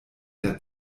der